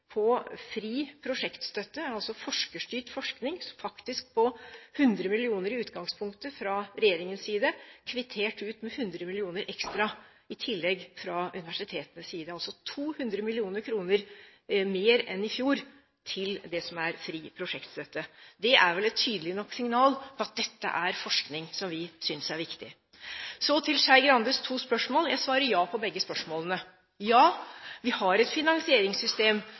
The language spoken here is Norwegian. altså forskerstyrt forskning, som faktisk er på 100 mill. kr, i utgangspunktet, fra regjeringens side, og kvittert ut med 100 mill. kr ekstra – i tillegg – fra universitetenes side. Dette er altså 200 mill. kr mer enn i fjor til fri prosjektstøtte. Det er vel et tydelig nok signal om at dette er forskning som vi synes er viktig. Så til Skei Grandes to spørsmål: Jeg svarer ja på begge spørsmålene. Ja, vi har et finansieringssystem